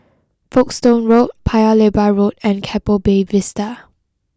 Folkestone Road Paya Lebar Road and Keppel Bay Vista